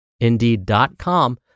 indeed.com